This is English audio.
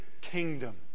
kingdom